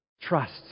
Trust